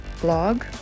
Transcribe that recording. blog